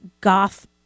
goth